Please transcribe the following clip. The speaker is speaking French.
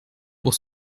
pour